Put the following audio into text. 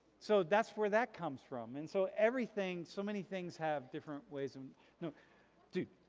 so that's where that comes from and so everything, so many things have different ways, and no dude.